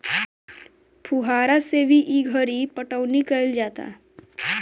फुहारा से भी ई घरी पटौनी कईल जाता